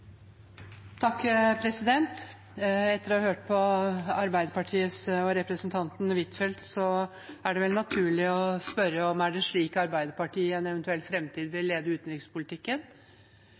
Etter å ha hørt på Arbeiderpartiet og representanten Huitfeldt er det vel naturlig å spørre om det er slik Arbeiderpartiet i en eventuell framtid vil lede utenrikspolitikken.